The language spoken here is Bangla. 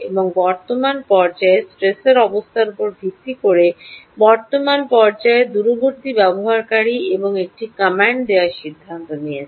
এবং বর্তমান পর্যায়ে স্ট্রেসের অবস্থার উপর ভিত্তি করে বর্তমান পর্যায়ে দূরবর্তী ব্যবহারকারী এখন একটি কমান্ড দেওয়ার সিদ্ধান্ত নিয়েছে